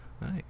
Nice